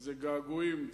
זה געגועים,